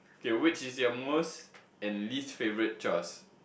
okay which is your most and least favorite chores